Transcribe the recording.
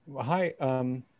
hi